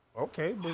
Okay